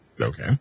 Okay